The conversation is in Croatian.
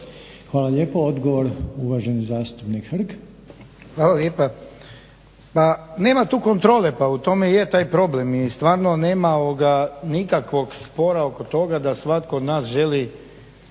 Hvala lijepo. Odgovor, uvaženi zastupnik Hrg. **Hrg, Branko (HSS)** Hvala lijepa. Pa nema tu kontrole, pa u tome i je taj problem i stvarno nema nikakvog spora oko toga da svatko od nas želi,